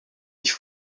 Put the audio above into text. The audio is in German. nicht